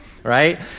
Right